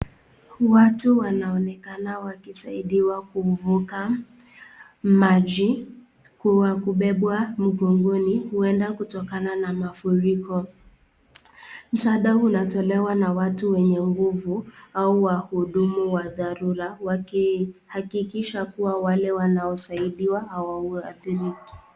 Watu wanaonekana wakisaidiwa kuvuka maji kwa kubebwa mgongoni hueda kutokana na mafuriko. Msaada unatolewa na watu wenye nguvu au wahudumu wa dharura wakihakikisha kuwa wale wanaosaidiwa hawahadhiriki.